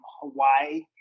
Hawaii